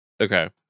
Okay